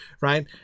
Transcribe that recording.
right